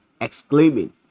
exclaiming